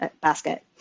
basket